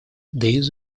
this